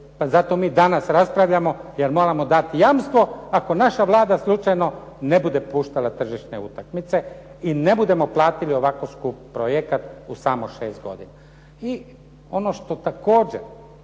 pa zato mi danas raspravljamo jer moramo dati jamstvo ako naša Vlada slučajno ne bude puštala tržišne utakmice i ne budemo platili ovako skup projekat u samo 6 godina. I ono što također